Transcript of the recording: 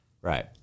Right